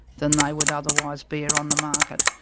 than they would otherwise bear on the market.